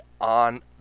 on